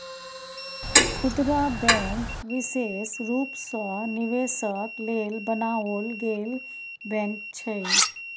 खुदरा बैंक विशेष रूप सँ निवेशक लेल बनाओल गेल बैंक छै